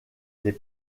des